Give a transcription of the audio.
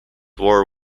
war